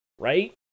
right